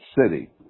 city